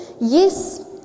Yes